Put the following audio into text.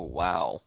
wow